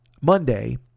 Monday